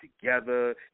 together